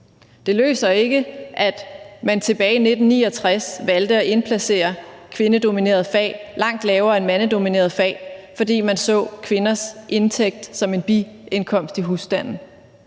Det løser ikke, at man tilbage i 1969 valgte at indplacere kvindedominerede fag langt lavere end mandsdominerede fag, fordi man så kvinders indtægt som en biindkomst i husstanden,